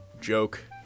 joke